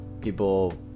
people